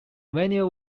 venue